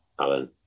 Alan